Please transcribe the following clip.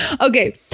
Okay